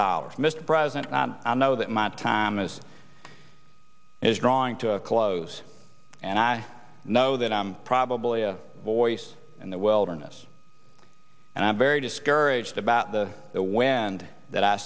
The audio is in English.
dollars mr president i know that my time is is drawing to close and i know that i'm probably a voice in the wilderness and i'm very discouraged about the the wind that